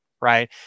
right